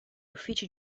uffici